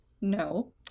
No